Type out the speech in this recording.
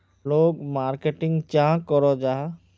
लोग मार्केटिंग चाँ करो जाहा?